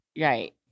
Right